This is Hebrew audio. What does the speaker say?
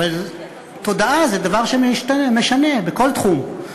אבל תודעה זה דבר שמשנה בכל תחום.